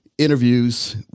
interviews